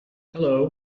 hello